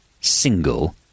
single